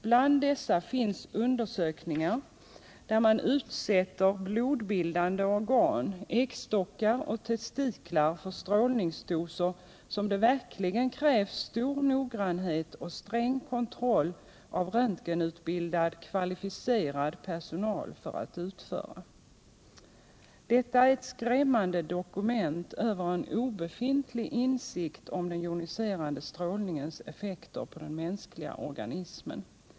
Bland dessa finns undersökningar där man utsätter blodbildande organ, äggstockar och testiklar, för strålningsdoser som det verkligen krävs stor noggrannhet och sträng kontroll av röntgenutbildad kvalificerad personal för att utföra. Detta är ett skrämmande dokument över en obefintlig insikt om den joniserande strålningens effekter på den mänskliga organismen.